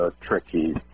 tricky